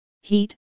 heat